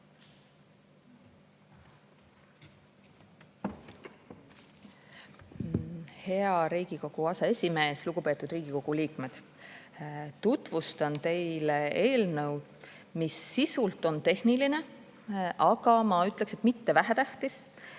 Hea Riigikogu aseesimees! Lugupeetud Riigikogu liikmed! Tutvustan teile eelnõu, mis sisult on tehniline, aga ma ütleksin, et mitte vähetähtis.